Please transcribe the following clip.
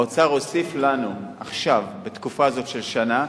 האוצר הוסיף לנו עכשיו, בתקופה זו של שנה,